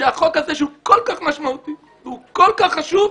שהחוק הזה, שהוא כל כך משמעותי והוא כל כך חשוב,